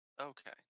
Okay